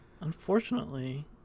Unfortunately